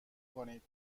کنید